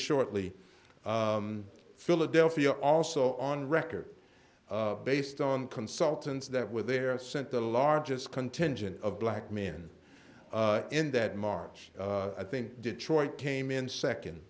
shortly philadelphia also on record based on consultants that were there sent the largest contingent of black men in that march i think detroit came in second